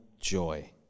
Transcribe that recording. joy